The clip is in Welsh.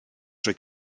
drwy